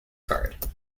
card